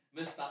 Mr